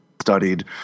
studied